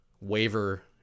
waiver